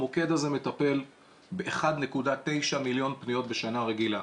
המוקד הזה מטפל ב-1.9 מיליון פניות בשנה רגילה,